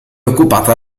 occupata